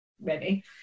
ready